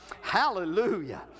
Hallelujah